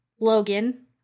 Logan